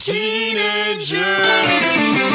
Teenagers